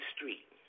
Street